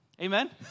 Amen